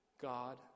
God